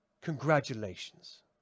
Congratulations